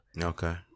Okay